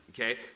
Okay